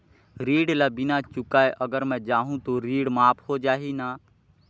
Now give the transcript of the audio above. ऋण ला बिना चुकाय अगर मै जाहूं तो ऋण माफ हो जाही न?